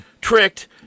tricked